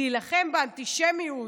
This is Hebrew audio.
להילחם באנטישמיות,